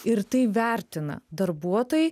ir tai vertina darbuotojai